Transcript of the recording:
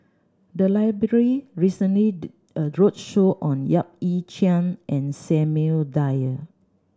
the library recently did a roadshow on Yap Ee Chian and Samuel Dyer